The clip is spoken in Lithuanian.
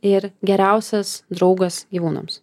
ir geriausias draugas gyvūnams